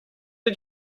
did